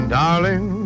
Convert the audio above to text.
darling